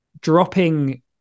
dropping